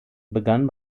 begann